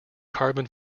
carbon